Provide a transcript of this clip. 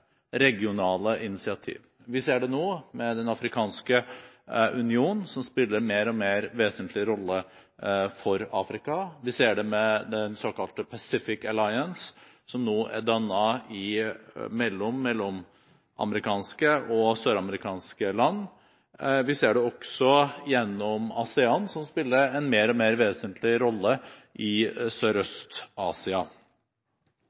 regionale initiativ. Vi ser det nå med Den afrikanske union, som spiller en mer og mer vesentlig rolle for Afrika. Vi ser det med den såkalte Pacific Alliance, som nå er dannet i mellomamerikanske og søramerikanske land. Vi ser det også gjennom ASEAN, som spiller en mer og mer vesentlig rolle i